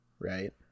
right